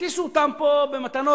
יטיסו אותם פה במתנות,